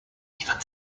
even